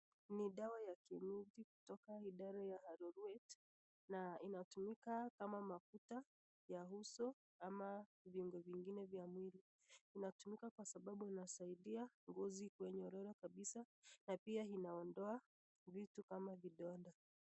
Ni dawa ya kienyeji kutoka idara ya Haroruet na inatumika kama mafuta ya uso ama viungo vingine vya mwili. Inatumika kwa sababu inasaidia ngozi ikuwe nyororo kabisa na pia inaondoa vitu kama vidonda.